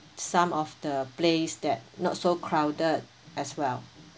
some of the place that not so crowded as well